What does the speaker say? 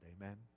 amen